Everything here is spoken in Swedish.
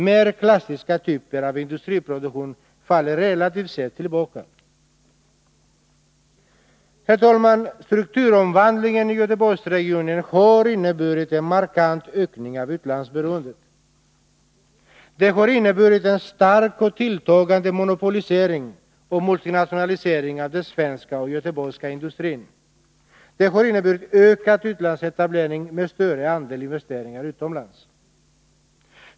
Mer klassiska typer av industriproduktion faller relativt sett tillbaka. Herr talman! Strukturomvandlingen i Göteborgsregionen har inneburit en markant ökning av utlandsberoendet. Den har inneburit en stark och tilltagande monopolisering och multinationalisering av den svenska och göteborgska industrin och ökad utlandsetablering med större andel investeringar utomlands.